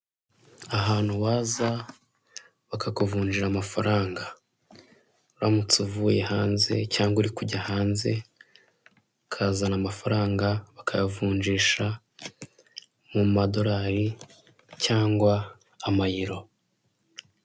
Mu nzu y'ubwiteganyirize mu kwivuza ya ara esi esibi hicayemo abantu benshi batandukanye, higanjemo abakozi b'iki kigo ndetse n'abaturage baje kwaka serivise.